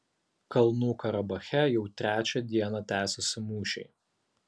kalnų karabache jau trečią dieną tęsiasi mūšiai